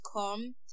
come